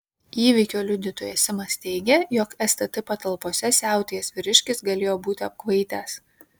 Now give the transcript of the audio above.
įvykio liudytojas simas teigė jog stt patalpose siautėjęs vyriškis galėjo būti apkvaitęs